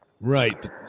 Right